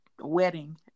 wedding